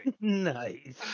nice